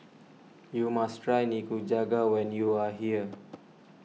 you must try Nikujaga when you are here